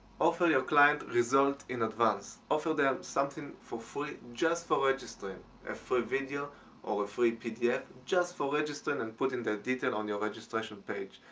offer your clients results in advance. offer them something for free just for registering a free video or a free pdf just for registering and putting their details on your registration page,